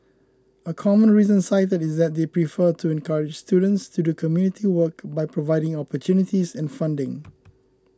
a common reason cited is that they prefer to encourage students to do community work by providing opportunities and funding